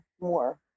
more